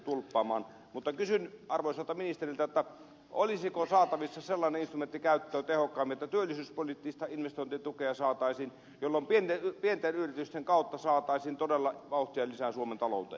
mutta kysyn arvoisalta ministeriltä olisiko saatavissa sellainen instrumentti käyttöön tehokkaammin että työllisyyspoliittista investointitukea saataisiin jolloin pienten yritysten kautta saataisiin todella vauhtia lisää suomen talouteen